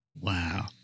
wow